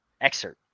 excerpt